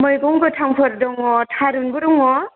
मैगं गोथांफोर दङ थारुनबो दङ